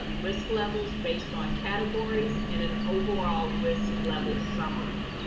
ah risk levels based on categories and an overall risk level summary.